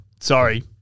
Sorry